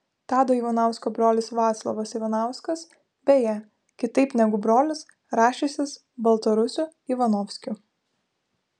tado ivanausko brolis vaclovas ivanauskas beje kitaip negu brolis rašęsis baltarusiu ivanovskiu